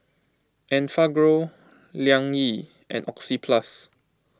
Enfagrow Liang Yi and Oxyplus